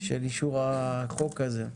של אישור החוק הזה.